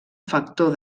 factor